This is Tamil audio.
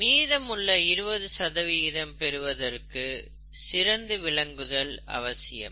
மீதமுள்ள 20 பெறுவதற்கு சிறந்து விளங்குதல் அவசியம்